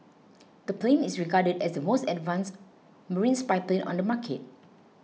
the plane is regarded as the most advanced marine spy plane on the market